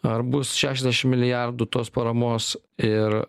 ar bus šešiasdešim milijardų tos paramos ir